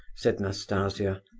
said nastasia.